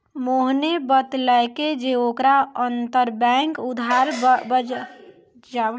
मोहने बतैलकै जे ओकरा अंतरबैंक उधार बजारो के बारे मे कुछु नै पता छै